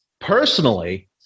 personally